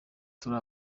turi